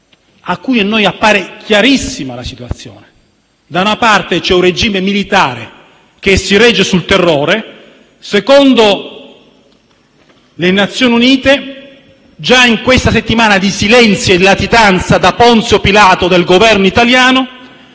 in cui a noi appare chiarissima la situazione: da una parte c'è un regime militare che si regge sul terrore. Secondo le Nazioni Unite, già in questa settimana di silenzio e latitanza da Ponzio Pilato del Governo italiano,